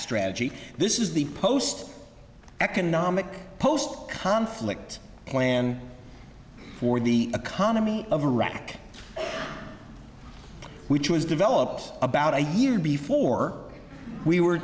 strategy this is the post economic post conflict plan for the economy of iraq which was developed about a year before we were